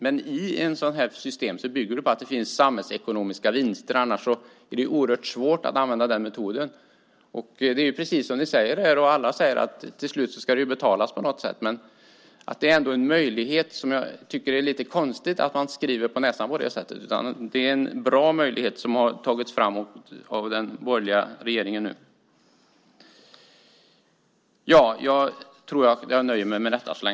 Men ett sådant system bygger på att det finns samhällsekonomiska vinster; annars är det oerhört svårt att använda den metoden. Alla säger här att till slut ska detta betalas. Men det är lite konstigt att skriva på näsan att det är möjligt. Det är en bra möjlighet som har tagits fram av den borgerliga regeringen.